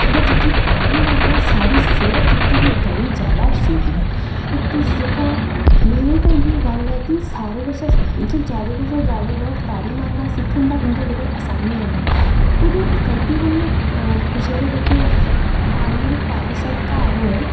ते तारी मारना बी साढ़ी सेह्त गितै बड़ा जरूरी ऐ ते तुस जेह्का मेरे गितै जादा जरूरी ऐ की जादै कशा जादै लोग तारी मारना सिक्खन तां उं'दे गितै आसानी होई जंदी ऐ कुदै गलती कन्नै कुसै दे जेह्के पानियै दे पारले पास्से घर होऐ